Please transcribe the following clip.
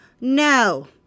No